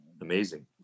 Amazing